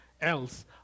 else